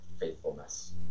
faithfulness